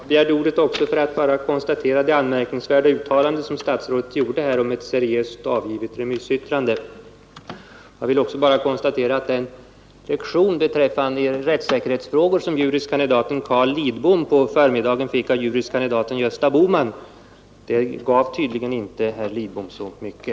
Herr talman! Jag begärde också ordet för att konstatera det anmärkningsvärda uttalande som statsrådet gjorde här om ett seriöst avgivet remissyttrande. Jag vill vidare notera att den lektion beträffande rättssäkerhetsfrågor som juris kandidaten Carl Lidbom på förmiddagen fick av juris kandidaten Gösta Bohman hjälpte tydligen inte herr Lidbom så mycket.